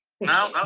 no